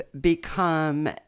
become